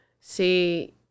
See